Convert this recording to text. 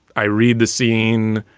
i read the scene.